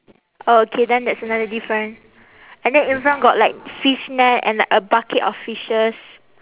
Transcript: oh okay then that's another different and then in front got like fish net and like a bucket of fishes